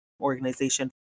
organization